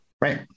Right